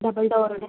double door ഉള്ള